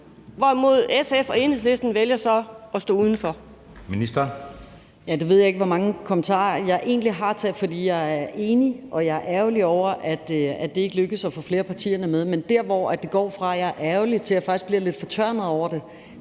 boligministeren (Pernille Rosenkrantz-Theil): Det ved jeg ikke hvor mange kommentarer jeg egentlig har til, for jeg er enig og jeg er ærgerlig over, er det ikke lykkedes at få flere af partierne med. Man der, hvor det går fra, at jeg er ærgerlig, til, at jeg faktisk bliver lidt fortørnet over det,